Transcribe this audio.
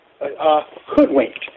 hoodwinked